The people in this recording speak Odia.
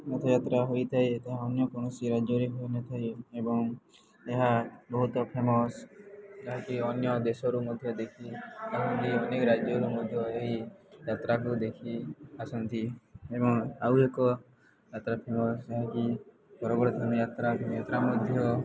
ରଥଯାତ୍ରା ହୋଇଥାଏ ଏହା ଅନ୍ୟ କୌଣସି ରାଜ୍ୟରେ ହୋଇନଥାଏ ଏବଂ ଏହା ବହୁତ ଫେମସ୍ ଯାହାକି ଅନ୍ୟ ଦେଶରୁ ମଧ୍ୟ ଦେଖି ଅନେକ ରାଜ୍ୟରୁ ମଧ୍ୟ ଏହି ଯାତ୍ରାକୁ ଦେଖି ଆସନ୍ତି ଏବଂ ଆଉ ଏକ ଯାତ୍ରା ଫେମସ୍ ଯାହାକି ଯାତ୍ରା ଯାତ୍ରା ମଧ୍ୟ